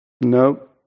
Nope